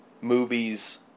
movies